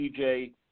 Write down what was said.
TJ